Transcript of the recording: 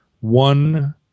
one